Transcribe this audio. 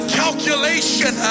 calculation